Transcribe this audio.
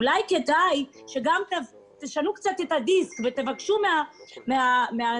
אולי כדאי שגם תשנו קצת את הדיסק ותבקשו מהציבור